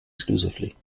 exclusively